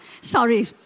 Sorry